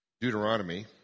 Deuteronomy